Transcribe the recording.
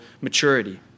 maturity